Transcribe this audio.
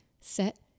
set